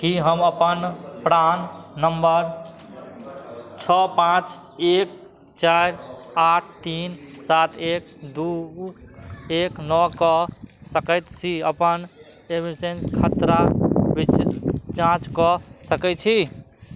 की हम अपन प्राण नंबर छओ पाँच एक चारि आठ तीन सात एक दू एक नओ कऽ सकैत छी अपन एसेन खतरा जाँच कऽ सकय छी